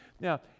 Now